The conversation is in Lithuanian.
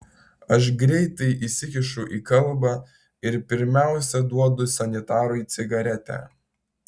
aš greitai įsikišu į kalbą ir pirmiausia duodu sanitarui cigaretę